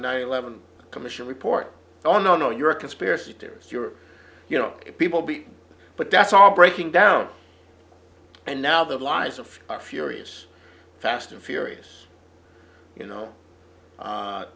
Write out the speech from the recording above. nine eleven commission report oh no no you're a conspiracy terrorist you're you know people be but that's all breaking down and now the lies of furious fast and furious you know